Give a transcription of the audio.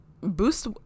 boost